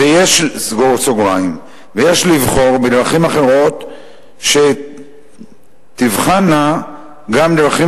ויש לבחור בדרכים אחרות שתבחנה גם דרכים